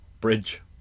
bridge